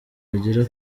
bagera